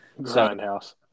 Grindhouse